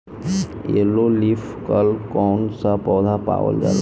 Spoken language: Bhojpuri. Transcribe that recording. येलो लीफ कल कौन सा पौधा में पावल जाला?